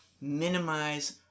minimize